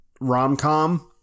rom-com